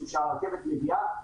שכשהרכבת מגיעה,